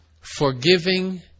Forgiving